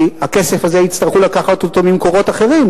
כי את הכסף הזה יצטרכו לקחת ממקורות אחרים,